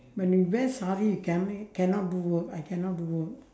when we wear sari cannot cannot do work I cannot do work